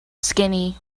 skinny